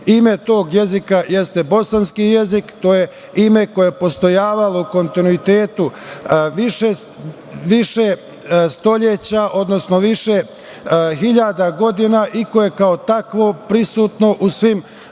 Ime tog jezika jeste bosanski jezik. To je ima koje je postojalo u kontinuitetu više stoleća, odnosno više hiljada godina i koje je kao takvo prisutno u svim